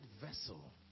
vessel